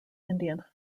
indian